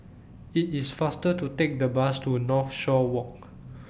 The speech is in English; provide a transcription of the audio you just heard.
IT IS faster to Take The Bus to Northshore Walk